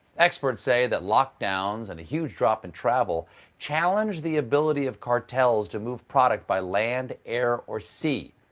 experts say that lockdowns and a huge drop in travel challenged the ability of cartels to move product by land, air or sea.